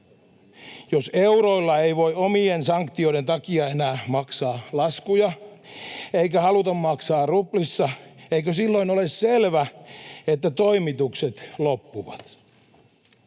Jos euroilla ei voi omien sanktioiden takia enää maksaa laskuja eikä haluta maksaa ruplissa, eikö silloin ole selvä, että toimitukset loppuvat?